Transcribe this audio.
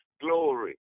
glory